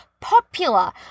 popular